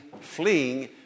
fleeing